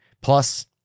Plus